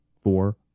four